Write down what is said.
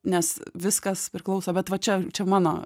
nes viskas priklauso bet va čia čia mano